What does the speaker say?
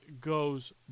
goes